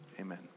amen